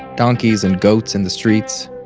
donkeys and goats in the streets.